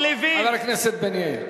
חבר הכנסת בן-ארי.